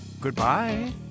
Goodbye